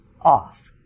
off